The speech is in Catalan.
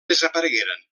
desaparegueren